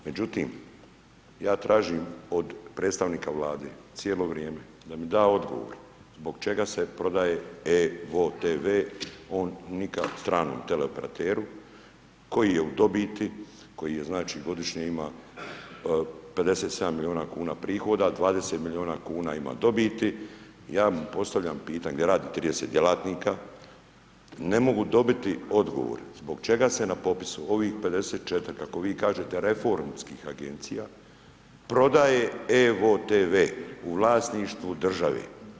Međutim, ja tražim od predstavnika Vlade cijelo vrijeme da mi da odgovor zbog čega se prodaje evo-tv stranom teleoperateru, koji je u dobiti, koji je, znači, godišnje ima 57 milijuna kuna prihoda, 20 milijuna kuna ima dobiti, ja mu postavljam pitanje, radi 30 djelatnika, ne mogu dobiti odgovor, zbog čega se na popisu ovih 54, kako vi kažete reformskih Agencija, prodaje evo-tv u vlasništvu države.